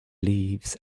leaves